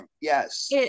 Yes